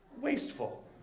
wasteful